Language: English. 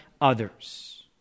others